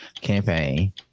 campaign